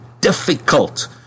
difficult